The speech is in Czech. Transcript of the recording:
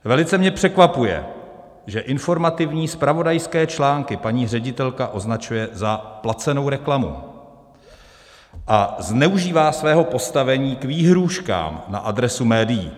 Velice mě překvapuje, že informativní zpravodajské články paní ředitelka označuje za placenou reklamu a zneužívá svého postavení k výhrůžkám na adresu médií.